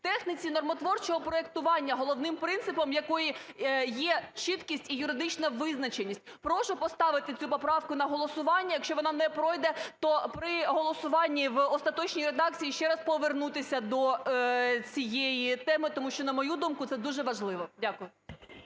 техніці нормотворчого проектування, головним принципом якої є чіткість і юридична визначеність. Прошу поставити цю поправку на голосування. Якщо вона не пройде, то при голосуванні в остаточній редакції ще раз повернутися до цієї теми, тому що, на мою думку, це дуже важливо. Дякую.